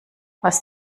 was